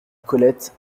colette